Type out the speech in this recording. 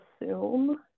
assume